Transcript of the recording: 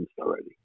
already